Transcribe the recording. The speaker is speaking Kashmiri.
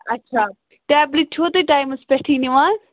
اچھا ٹیبلِٹ چھُوٕ تُہۍ ٹایمَس پٮ۪ٹھٕے نِوان